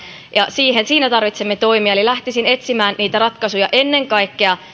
ja siihen tarvitsemme toimia eli lähtisin etsimään niitä ratkaisuja ennen kaikkea